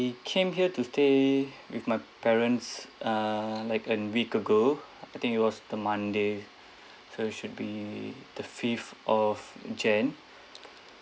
came here to stay with my parents uh like a week ago I think it was the monday so it should be the fifth of jan